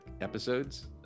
episodes